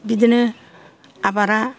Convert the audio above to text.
बिदिनो आबादा